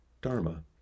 dharma